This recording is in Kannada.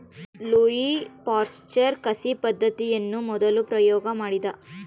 ಲ್ಯೂಯಿ ಪಾಶ್ಚರ್ ಕಸಿ ಪದ್ದತಿಯನ್ನು ಮೊದಲು ಪ್ರಯೋಗ ಮಾಡಿದ